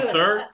sir